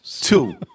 Two